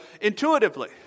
intuitively